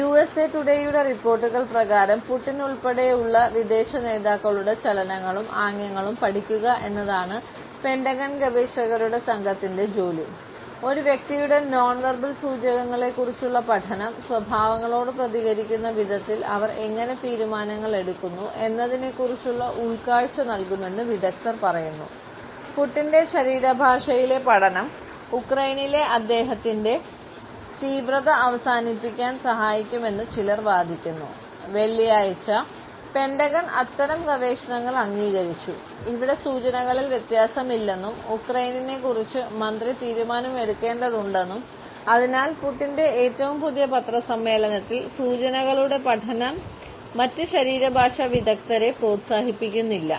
USA ടുഡേയുടെ അത്തരം ഗവേഷണങ്ങൾ അംഗീകരിച്ചു ഇവിടെ സൂചനകളിൽ വ്യത്യാസമില്ലെന്നും ഉക്രെയ്നിനെക്കുറിച്ച് മന്ത്രി തീരുമാനമെടുക്കേണ്ടതുണ്ടെന്നും അതിനാൽ പുടിന്റെ ഏറ്റവും പുതിയ പത്രസമ്മേളനത്തിൽ സൂചനകളുടെ പഠനം മറ്റ് ശരീരഭാഷാ വിദഗ്ധരെ പ്രോത്സാഹിപ്പിക്കുന്നില്ല